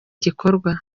gikorwa